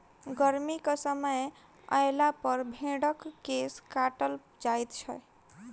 गर्मीक समय अयलापर भेंड़क केश काटल जाइत छै